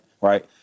right